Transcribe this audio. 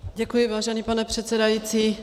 Děkuji, vážený pane předsedající.